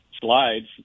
slides